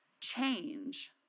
change